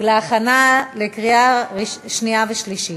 להכנה לקריאה שנייה ושלישית.